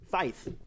faith